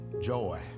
joy